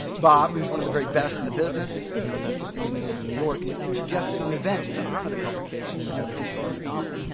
bob, who's one of the very best in the business, and here with us this evening from new york, suggested an event to honor the publication of larry's latest novel,